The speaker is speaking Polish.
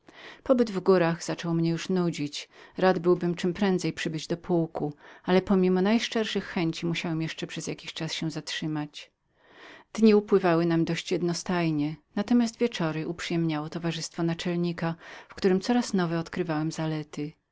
pobyt w górach zaczął mnie już nudzić radbym był czemprędzej przybyć do pułku ale pomimo najszczerszej chęci musiałem jeszcze przez jakiś czas się zatrzymać jeżeli jednak dzień upływał nam dość jednostajnie natomiast wieczory uprzyjemniało towarzystwo naczelnika w którym coraz nowe odkrywałem zalety